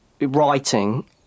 writing